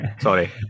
Sorry